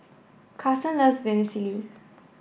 Carson loves Vermicelli